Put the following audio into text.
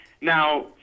Now